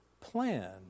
plan